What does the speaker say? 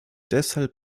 deshalb